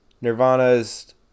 nirvana's